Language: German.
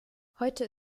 heute